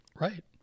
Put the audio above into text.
Right